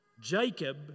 Jacob